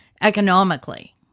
economically